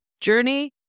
journey